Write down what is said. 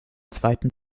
zweiten